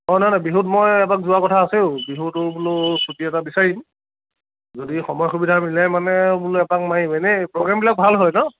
অঁ নহয় নহয় বিহুত মই এপাক যোৱা কথা আছেও বিহুতো বোলো ছুটী এটা বিচাৰিম যদি সময় সুবিধা মিলে মানে বোলো এপাক মাৰিম এনেই প্ৰগ্ৰেমবিলাক ভাল হয় ন